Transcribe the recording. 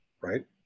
right